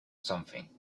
something